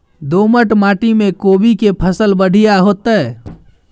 दोमट माटी में कोबी के फसल बढ़ीया होतय?